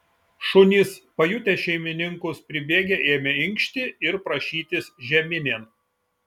šunys pajutę šeimininkus pribėgę ėmė inkšti ir prašytis žeminėn